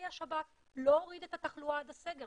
כלי השב"כ לא הוריד את התחלואה עד הסגר,